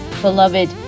beloved